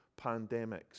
pandemics